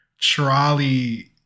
trolley